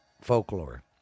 Folklore